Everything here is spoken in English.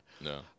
no